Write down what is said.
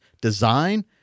Design